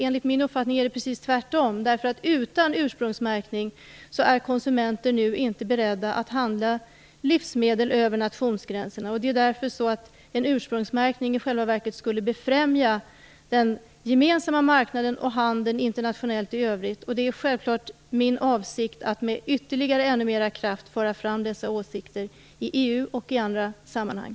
Enligt min uppfattning är det precis tvärtom, därför att konsumenterna utan ursprungsmärkning inte är beredda att handla livsmedel över nationsgränserna. En ursprungsmärkning skulle i själva verket befrämja den gemensamma marknaden och handeln internationellt i övrigt. Det är självklart min avsikt att med ytterligare kraft föra fram dessa åsikter i EU och i andra sammanhang.